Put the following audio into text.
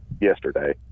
yesterday